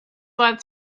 what